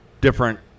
different